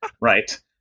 right